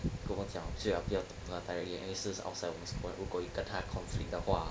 跟我们讲最好不要 talk to 他 directly 因为是 outside 我们的 school 如果有跟他 conflict 的话